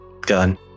gun